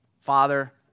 father